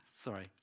Sorry